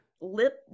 lip